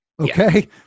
Okay